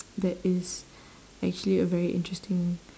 that is actually a very interesting